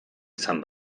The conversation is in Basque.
izan